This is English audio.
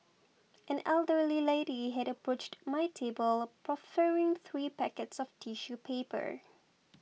an elderly lady had approached my table proffering three packets of tissue paper